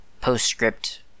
PostScript